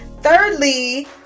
thirdly